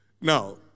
Now